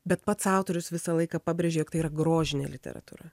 bet pats autorius visą laiką pabrėžia jog tai yra grožinė literatūra